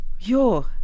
yo